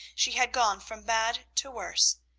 she had gone from bad to worse,